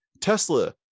Tesla